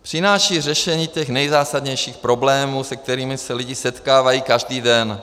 Přináší řešení těch nejzásadnějších problémů, se kterými se lidé setkávají každý den.